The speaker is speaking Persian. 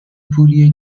پولیه